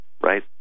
right